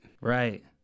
Right